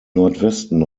nordwesten